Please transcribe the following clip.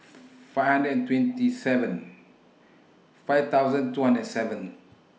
five hundred and twenty seven five thousand two hundred seven